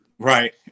Right